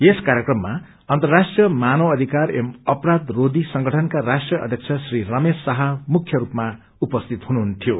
यस कार्यक्रममा अर्न्तराष्ट्रीय मानवधिकार एव अपराध रोधी संगइनका राष्ट्रीय अध्यक्ष श्री रमेश शाहा मुख्य रूपमा उपस्थित हुनुहुन्थ्यो